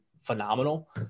phenomenal